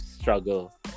Struggle